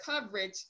coverage